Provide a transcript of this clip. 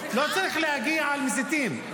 לא צריך להגן על מסיתים.